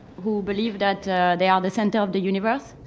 who believe that they are the center of the universe.